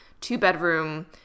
Two-bedroom